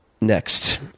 Next